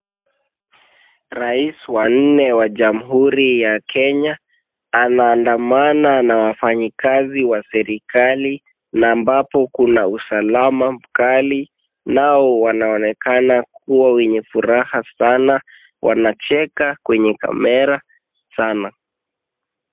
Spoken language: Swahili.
Rais wa nne ya jamhuri ya kenya anaandamana na wafanyikazi wa serikali na ambapo kuna usalama mkali, nao wanaonekana kuwa wenye furaha sana. Wanacheka kwenye kamera sana.